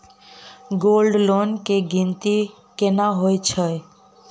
Gold loan केँ गिनती केना होइ हय?